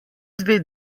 dve